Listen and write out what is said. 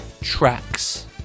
tracks